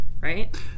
right